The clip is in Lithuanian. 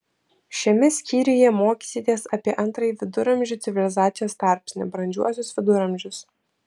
šiame skyriuje mokysitės apie antrąjį viduramžių civilizacijos tarpsnį brandžiuosius viduramžius